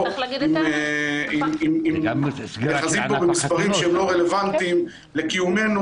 אם נאחזים פה במספרים שהם לא רלוונטיים לקיומנו